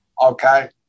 Okay